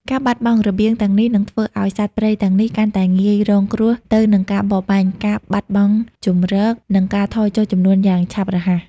ការបាត់បង់របៀងទាំងនេះនឹងធ្វើឱ្យសត្វព្រៃទាំងនេះកាន់តែងាយរងគ្រោះទៅនឹងការបរបាញ់ ការបាត់បង់ជម្រក និងការថយចុះចំនួនយ៉ាងឆាប់រហ័ស។